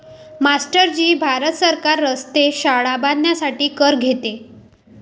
master ji Bharat सरकार रस्ते, शाळा बांधण्यासाठी कर घेते